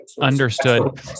Understood